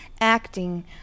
acting